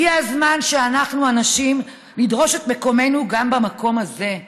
הגיע הזמן שאנחנו הנשים נדרוש את מקומנו גם במקום הזה.